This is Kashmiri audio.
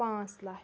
پانٛژھ لچھ